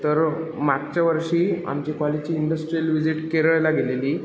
तर मागच्या वर्षी आमच्या कॉलेजची इंडस्ट्रियल व्हिजिट केरळला गेलेली